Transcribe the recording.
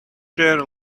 chair